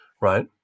Right